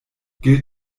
gilt